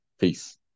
Peace